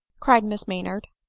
cried miss maynard.